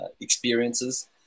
experiences